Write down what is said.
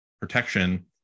protection